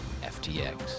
FTX